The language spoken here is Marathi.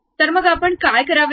तर मग आपण काय करावे